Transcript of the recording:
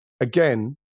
again